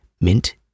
mint